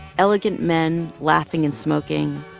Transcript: elegant men laughing and smoking.